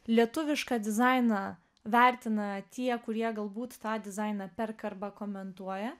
lietuvišką dizainą vertina tie kurie galbūt tą dizainą perka arba komentuoja